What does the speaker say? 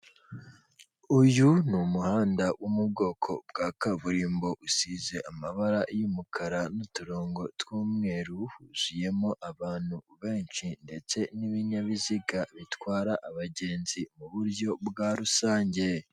Uyu ni umuhanda wo mu bwoko bwa kaburimbo, usize amabara y'umukara n'uturongo tw'umweru, huzuyemo abantu benshi ndetse n'ibinyabiziga bitwara abagenzi mu buryo bwa rusange.